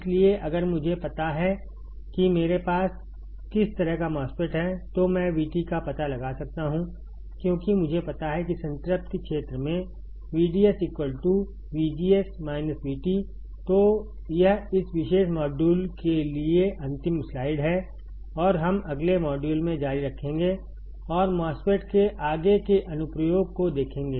इसलिए अगर मुझे पता है कि मेरे पास किस तरह का MOSFET है तो मैं VT का पता लगा सकता हूं क्योंकि मुझे पता है कि संतृप्ति क्षेत्र में VDS VGS VT तो यह इस विशेष मॉड्यूल के लिए अंतिम स्लाइड है और हम अगले मॉड्यूल में जारी रखेंगे और MOSFET के आगे के अनुप्रयोग को देखेंगे